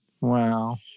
Wow